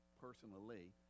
personally